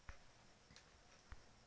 एग्रीबाजार क्या होता है?